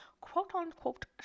quote-unquote